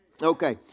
Okay